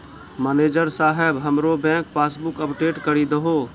manager साहेब हमरो bank passbook update करि दहो